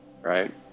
right